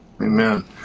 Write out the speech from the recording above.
Amen